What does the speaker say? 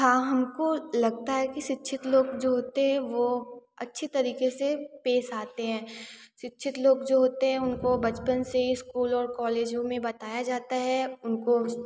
हाँ हमको लगता है कि शिक्षित लोग जो होते हैं वो अच्छी तरीके से पेश आते हैं शिक्षित लोग जो होते हैं उनको बचपन से ही स्कूल और कॉलेजों में बताया जाता है उनको